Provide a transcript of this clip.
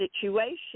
situation